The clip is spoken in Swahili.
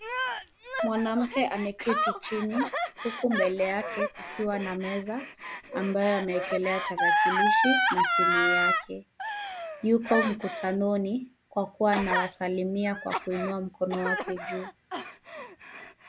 Mwanamke akiwa ameketi chini huku mbele yake kukiwa na meza ambayo amewekelea tarakilishi na simu yake. Yuko mkutanoni kwa kuwa anawasalimia kwa kuinua mkono wake juu.